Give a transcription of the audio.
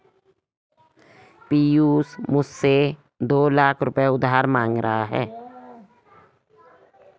पियूष मुझसे दो लाख रुपए उधार मांग रहा है